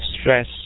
stress